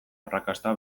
arrakasta